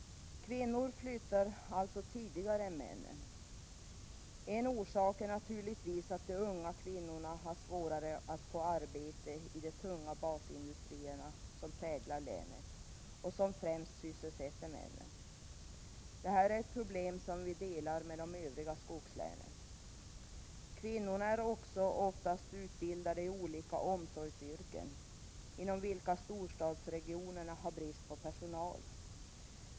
Kvinnorna flyttar alltså tidigare än männen. En orsak är naturligtvis att de unga kvinnorna har svårare att få arbete i de tunga basindustrier som präglar länet och som främst sysselsätter män. Detta är ett problem som vi delar med de övriga skogslänen. Kvinnorna är också oftast utbildade i olika omsorgsyrken, inom vilka storstadsregionerna har brist på personal.